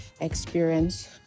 experience